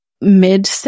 mid